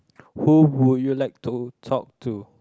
who would you like to talk to